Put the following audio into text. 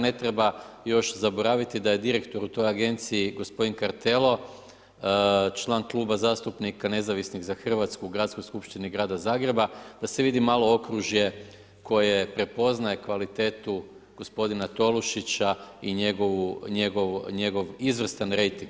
Ne treba još zaboraviti da je direktor u toj agenciji gospodin Kartelo član Kluba zastupnika Nezavisni za Hrvatsku u Gradskoj skupštini grada Zagreba da se vidi malo okružje koje prepoznaje kvalitetu gospodina Tolušića i njegov izvrstan rejting.